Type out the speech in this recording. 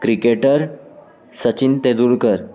cricketer Sachin Tendulkar